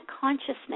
consciousness